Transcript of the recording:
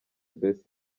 best